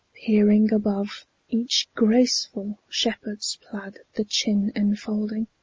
peering above each graceful shepherd's plaid the chin enfolding.